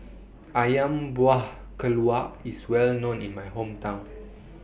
Ayam Buah Keluak IS Well known in My Hometown